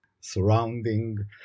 surrounding